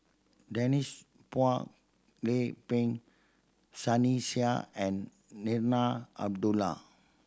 Denise Phua Lay Peng Sunny Sia and Zarinah Abdullah